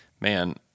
man